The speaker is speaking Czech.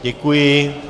Děkuji.